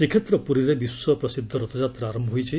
ଶ୍ରୀକ୍ଷେତ୍ର ପୁରୀରେ ବିଶ୍ୱ ପ୍ରସିଦ୍ଧ ରଥଯାତ୍ରା ଆରମ୍ଭ ହୋଇଛି